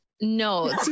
No